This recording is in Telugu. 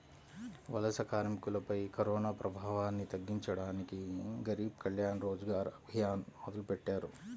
వలస కార్మికులపై కరోనాప్రభావాన్ని తగ్గించడానికి గరీబ్ కళ్యాణ్ రోజ్గర్ అభియాన్ మొదలెట్టారు